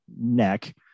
neck